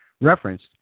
referenced